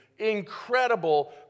incredible